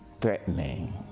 threatening